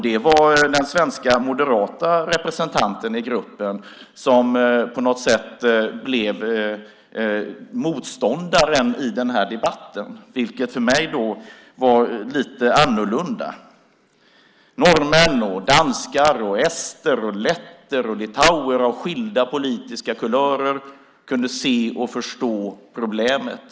Det var den svenska moderata representanten i gruppen som på något sätt blev motståndaren i den här debatten, vilket för mig var lite annorlunda. Norrmän, danskar, ester, letter och litauer av skilda politiska kulörer kunde se och förstå problemet.